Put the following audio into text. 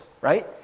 right